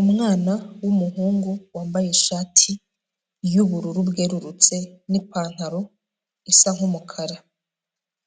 Umwana w'umuhungu wambaye ishati y'ubururu bwererutse n'ipantaro isa nk'umukara,